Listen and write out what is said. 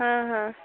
हाँ हाँ